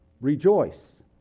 rejoice